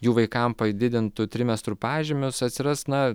jų vaikam padidintų trimestro pažymius atsiras na